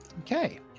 okay